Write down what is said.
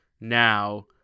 now